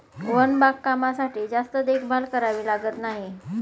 one बागकामासाठी जास्त देखभाल करावी लागत नाही